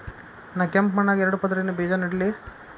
ನಾ ಕೆಂಪ್ ಮಣ್ಣಾಗ ಎರಡು ಪದರಿನ ಬೇಜಾ ನೆಡ್ಲಿ?